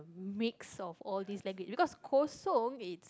mix of all these language because Kosong is